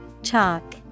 Chalk